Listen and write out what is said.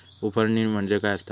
उफणणी म्हणजे काय असतां?